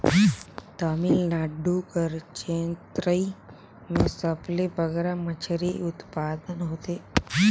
तमिलनाडु कर चेन्नई में सबले बगरा मछरी उत्पादन होथे